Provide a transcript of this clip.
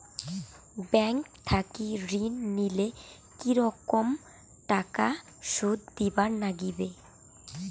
Bank থাকি ঋণ নিলে কি রকম টাকা সুদ দিবার নাগিবে?